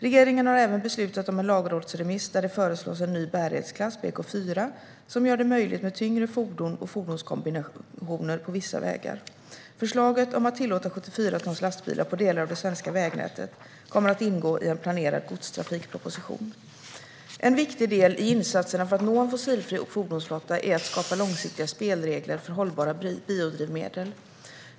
Regeringen har även beslutat om en lagrådsremiss där det föreslås en ny bärighetsklass, BK4, som gör det möjligt med tyngre fordon och fordonskombinationer på vissa vägar. Förslaget om att tillåta 74 tons lastbilar på delar av det svenska vägnätet kommer att ingå i en planerad godstrafikproposition. En viktig del i insatserna för att nå en fossilfri fordonsflotta är att skapa långsiktiga spelregler för hållbara biodrivmedel.